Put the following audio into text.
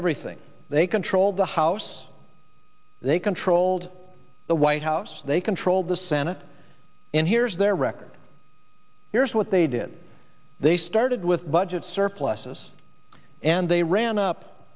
everything they controlled the house they controlled the white house they controlled the senate and here's their record here's what they did they started with budget surpluses and they ran up